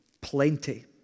plenty